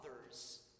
others